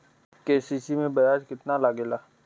KCC में ब्याज कितना लागेला?